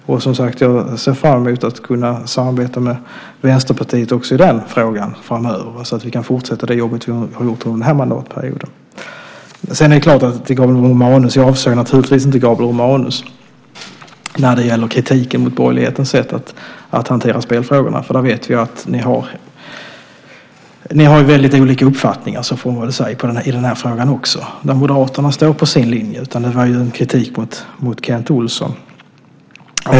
Jag ser, som sagt, fram emot att kunna samarbeta med Vänsterpartiet också i den frågan framöver så att vi kan fortsätta det jobb som vi gjort under den här mandatperioden. Det är klart att jag inte avser Gabriel Romanus när det gäller kritiken mot borgerlighetens sätt att hantera spelfrågorna. Vi vet att ni, får man väl säga, har väldigt olika uppfattningar också i den här frågan. Moderaterna står på sin linje. Vad jag sade var en kritik mot Kent Olsson.